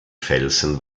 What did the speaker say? felsen